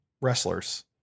wrestlers